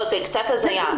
זאת קצת הזיה.